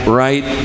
right